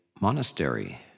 monastery